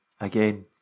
Again